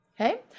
okay